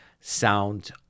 sound